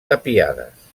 tapiades